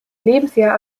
lebensjahr